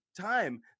time